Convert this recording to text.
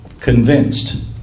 convinced